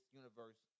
universe